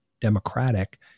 democratic